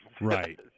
Right